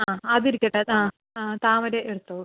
ആ അത് ഇരിക്കട്ടെ ആ താമര എടുത്തോ